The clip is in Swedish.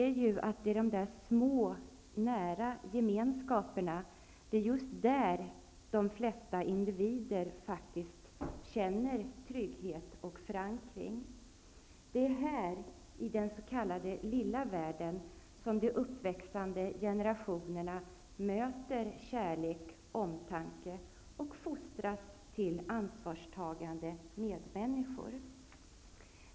Vi anser att det är hos de små nära gemenskaperna som de flesta individer känner trygghet och förankring. Det är här i den s.k. lilla världen som de uppväxande generationerna möter kärlek och omtanke och fostras till ansvarstagande medmänniskor.